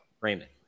raymond